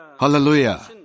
Hallelujah